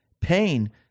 Pain